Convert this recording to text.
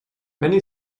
many